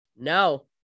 No